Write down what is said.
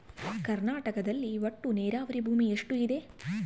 ಕರ್ನಾಟಕದಲ್ಲಿ ಒಟ್ಟು ನೇರಾವರಿ ಭೂಮಿ ಎಷ್ಟು ಇದೆ?